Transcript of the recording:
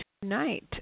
tonight